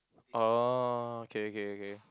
oh K K K